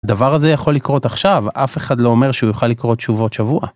דבר הזה יכול לקרות עכשיו, אף אחד לא אומר שהוא יוכל לקרות שוב עוד שבוע.